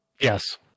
Yes